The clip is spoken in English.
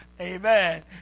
Amen